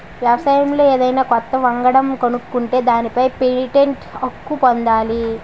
వ్యవసాయంలో ఏదన్నా కొత్త వంగడం కనుక్కుంటే దానిపై పేటెంట్ హక్కు పొందాలి